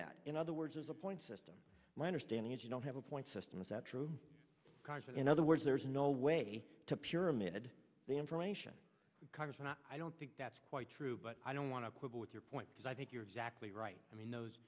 that in other words as a point system my understanding is you don't have a point system is that true cars in other words there's no way to pyramid the information congress and i don't think that's quite true but i don't want to quibble with your point because i think you're exactly right i mean those